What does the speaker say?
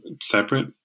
separate